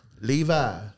Levi